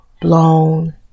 blown